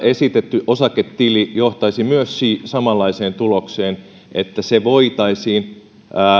esitetty osaketili johtaisi myös samanlaiseen tulokseen että se voitaisiin